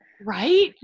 Right